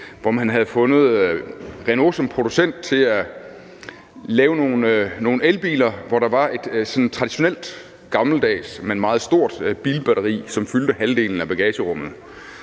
hvor man havde fundet Renault som producent af nogle elbiler, hvori der var sådan et traditionelt, gammeldags, men meget stort bilbatteri, som fyldte halvdelen af bagagerummet.